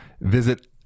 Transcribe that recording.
visit